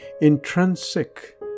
intrinsic